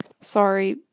sorry